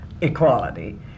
equality